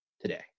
today